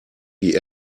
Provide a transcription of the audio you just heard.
die